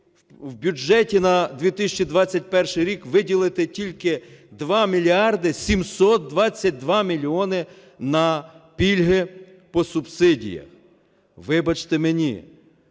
в бюджеті на 2021 рік виділити тільки 2 мільярди 722 мільйони на пільги по субсидіям. Вибачте мені,